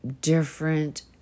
different